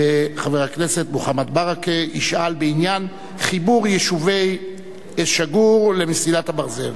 וחבר הכנסת מוחמד ברכה ישאל בעניין חיבור יישובי אל-שגור למסילת הברזל.